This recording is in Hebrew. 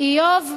איוב ואני.